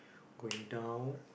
going down